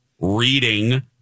reading